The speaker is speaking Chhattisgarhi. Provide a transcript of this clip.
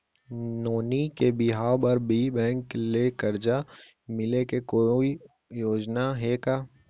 नोनी के बिहाव बर भी बैंक ले करजा मिले के कोनो योजना हे का?